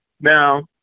now